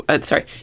sorry